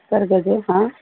कर्गजं हा